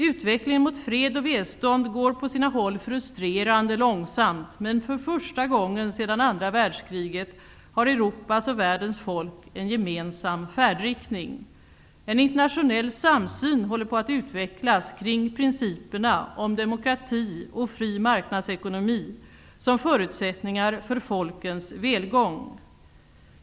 Utvecklingen mot fred och välstånd går på sina håll frustrerande långsamt, men för första gången sedan andra världskriget har Europas och världens folk en gemensam färdriktning. En internationell samsyn håller på att utvecklas kring principerna om demokrati och fri marknadsekonomi som förutsättningar för folkens välgång.